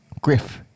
Griff